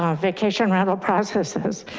um vacation rental processes.